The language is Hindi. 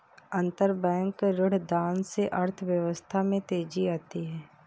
अंतरबैंक ऋणदान से अर्थव्यवस्था में तेजी आती है